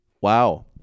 Wow